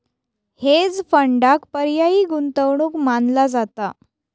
hedge फंडांक पर्यायी गुंतवणूक मानला जाता